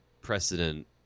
precedent